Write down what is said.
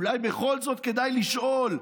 אולי בכל זאת כדאי לשאול: